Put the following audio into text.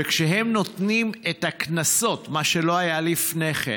וכשהם נותנים את הקנסות, מה שלא היה לפני כן,